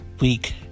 week